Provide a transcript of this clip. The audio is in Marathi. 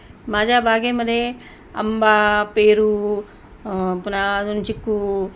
माझ्या बागेमध्ये आंबा पेरू पुन्हा अजून चिक्कू